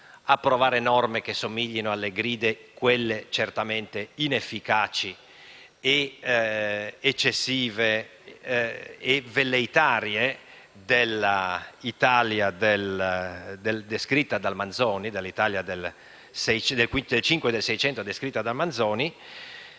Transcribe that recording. approvare norme che somiglino alle gride, quelle certamente inefficaci, eccessive e velleitarie dell'Italia del Cinquecento e del Seicento descritta dal Manzoni,